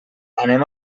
anem